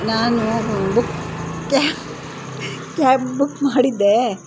ನಾನು ಬುಕ್ ಕ್ಯಾ cab book ಮಾಡಿದ್ದೆ